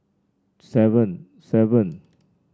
seven seven